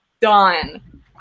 done